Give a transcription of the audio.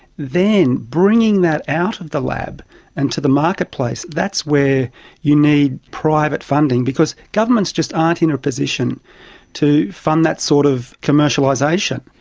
then bringing that out of the lab and to the marketplace, that's where you need private funding because governments just aren't in a position to fund that sort of commercialisation.